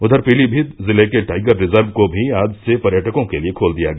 उधर पीलीभीत जिले के टाइगर रिजर्व को भी आज से पर्यटकों के लिए खोल दिया गया